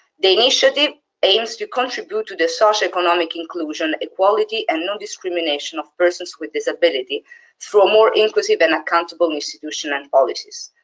the initiative aims to contribute to the socioeconomic inclusion, equality and nondiscrimination of persons with disabilities for more inclusive and accountable institutions and policies.